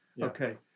Okay